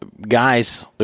guys